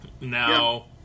Now